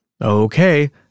Okay